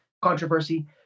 controversy